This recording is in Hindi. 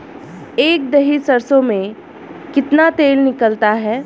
एक दही सरसों में कितना तेल निकलता है?